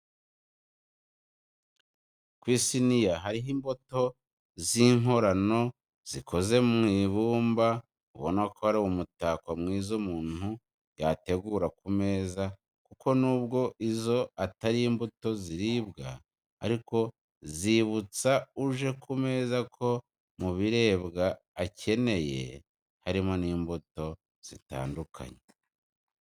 Ku isiniya hariho imbuto z'inkorano zikoze mu ibumba ubona ko ari umutako mwiza umuntu yategura ku meza kuko nubwo izo atari imbuto zaribwa ariko zibutsa uje ku meza ko mu biribwa akeneye harimo n'imbuto zitandukanye.